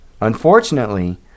Unfortunately